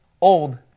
Old